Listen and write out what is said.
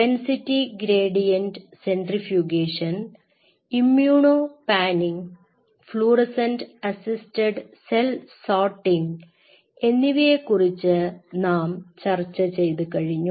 density gradient centrifugation immuno panning fluorescent assisted cell sorting എന്നിവയെക്കുറിച്ച് നാം ചർച്ച ചെയ്തുകഴിഞ്ഞു